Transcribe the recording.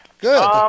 Good